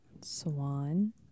Swan